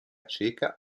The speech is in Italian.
ceca